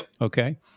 okay